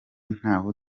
ntaho